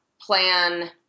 plan